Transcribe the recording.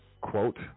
quote